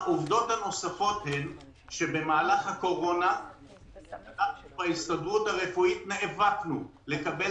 עובדות נוספות הן שבמהלך הקורונה בהסתדרות הרפואית נאבקנו לקבל